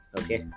okay